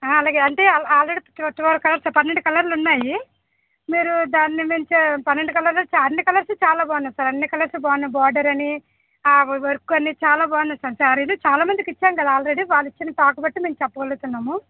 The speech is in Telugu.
ఆ అలాగే అంటే ఆల్రెడీ ఇక్కడ ట్వెల్వ్ కలర్స్ పన్నెండు కలర్లు ఉన్నాయి మీరు దాన్ని మించి పన్నెండు కలర్లు అన్ని కలర్స్ చాలా బాగున్నాయి సార్ అన్ని కలర్స్ బాగున్నాయి బార్డర్ అని ఆ వర్క్ అన్నీ చాలా బాగున్నాయి సార్ శారీలు చాలా మందికి ఇచ్చాం కదా ఆల్రెడీ వాళ్ళు ఇచ్చిన టాక్ బట్టి చెప్పగలుగుతున్నాము